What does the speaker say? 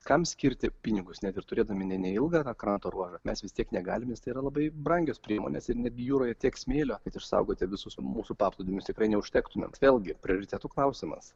kam skirti pinigus net ir turėdami neilgą krato ruožą mes vis tiek negalime tai yra labai brangios priemonės ir netgi jūroje tiek smėlio kad išsaugoti visus mūsų paplūdimius tikrai neužtektų mat vėlgi prioritetų klausimas